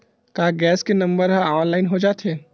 का गैस के नंबर ह ऑनलाइन हो जाथे?